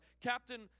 Captain